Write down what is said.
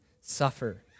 suffer